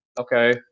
Okay